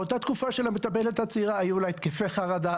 באותה תקופה של המטפלת הצעירה היו לה התקפי חרדה,